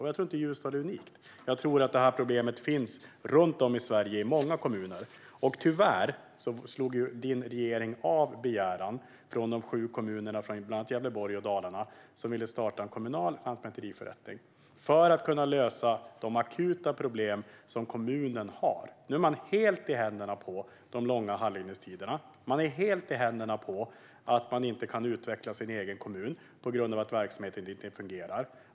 Och jag tror inte att Ljusdal är unikt, utan jag tror att problemet finns runt om i Sverige i många kommuner. Tyvärr avslog din regering begäran från de sju kommunerna i bland annat Gävleborg och Dalarna som ville starta en kommunal lantmäteriförrättning för att kunna lösa de akuta problem som kommunen har. Nu är man helt i händerna på de långa handläggningstiderna. Man är helt i händerna på detta, som gör att man inte kan utveckla sin egen kommun på grund av att verksamheten inte riktigt fungerar.